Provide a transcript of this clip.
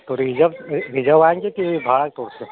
तो रिजब रिजर्व आएँगी कि से